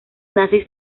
nazis